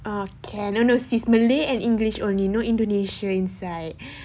ah can no no sis malay and english only no indonesia inside